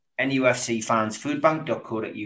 NUFCFansFoodBank.co.uk